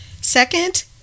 second